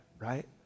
Right